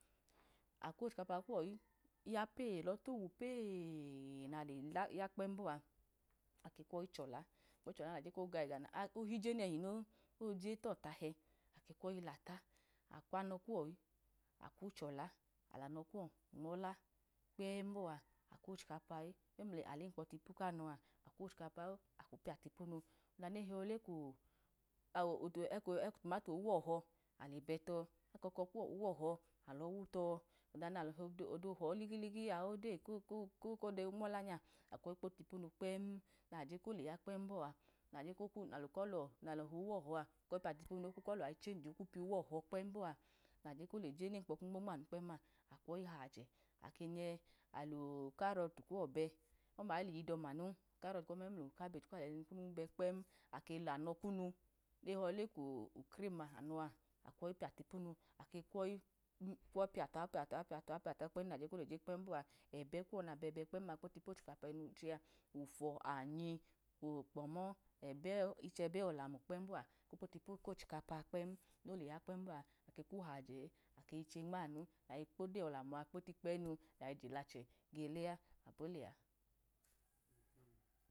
Akwochikapa kuwọ ya kpẹm nalọ towu pee kpẹm bọa, ake kwoyi chọla, alọchọla noga ẹga koheyi je nehi noo, koje tọtahẹ, akwanọ kuwọwu akwu chola, alamọ kuwọ nmọla kpem boa akwochikapa, enalemkpọ tipu kuru̱ e nefi kotumato uhlohọ, akọkọ kuwọ uwọhọ alo wutọ, ọda nalo bi họ ligi ligi koda onmọla nya alọ kpo tipunu kpẹm nale je koleya kpẹm bọa nalo hi uwọlọ piya tipunu okwọyi chenji, kwu piya uwọhọ kpẹm ma, ake kwọyi hije, ake nyẹ alukarọtu kuwọ bẹ, ọma tiyidọma non, karọtu ọma memlukabeji kuwọ alejejinu kpo bẹ kpẹm memlanọ kunu ẹnehọ leku krim ma, akwọyi piya tipunu, ake kwoyi upiyatọha piyatoha piyatọha kpẹm naje kde je kpẹm bọa, ẹbẹ kuwọ na bẹbẹ kpem-ma kpotipu kochikapa ẹnọ fiyẹ a, ufọ, anyi ukpọmọ mbẹbẹ, uchẹbẹ olamu kpẹm bọa, akwọ yi kpo tipu kochikapa a nole ya kpẹm bọa, akwọyi haje akeyi che nmanu, ayi kpodeyi olamua ayi kpotikpẹyinu, nayi je lahe gelea abọ lẹa.